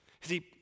See